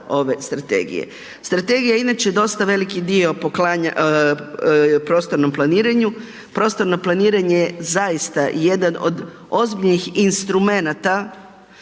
ove strategije. Strategija inače dosta veliki dio poklanja prostornom planiranju. Prostorno planiranje je zaista jedan od ozbiljnih instrumenata